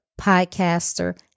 podcaster